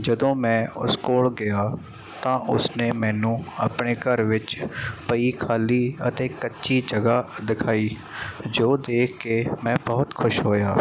ਜਦੋਂ ਮੈਂ ਉਸ ਕੋਲ ਗਿਆ ਤਾਂ ਉਸਨੇ ਮੈਨੂੰ ਆਪਣੇ ਘਰ ਵਿੱਚ ਪਈ ਖਾਲੀ ਅਤੇ ਕੱਚੀ ਜਗ੍ਹਾ ਦਿਖਾਈ ਜੋ ਦੇਖ ਕੇ ਮੈਂ ਬਹੁਤ ਖੁਸ਼ ਹੋਇਆ